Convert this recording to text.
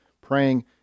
praying